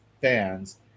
fans